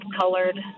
colored